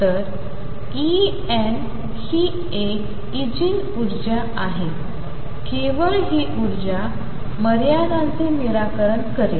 तर En ही एक ईगीन ऊर्जा आहे केवळ ही उर्जांच मर्यादांचे निराकरण करेल